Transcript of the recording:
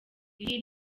iyi